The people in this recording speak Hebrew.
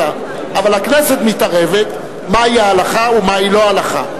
אבל הכנסת מתערבת מהי ההלכה ומהי לא הלכה.